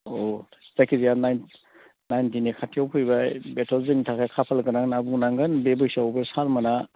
अ जायखिजाया नाइन्टि नाइन्टिनि खाथियाव फैबाय बेथ' जोंनि थाखाय खाफालगोनां होनना बुंनांगोन बे बैसोआवबो सारमोना